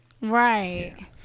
Right